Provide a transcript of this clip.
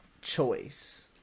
choice